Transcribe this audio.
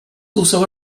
also